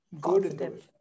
good